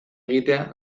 egitea